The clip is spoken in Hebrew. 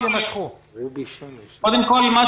קודם כל,